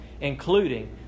including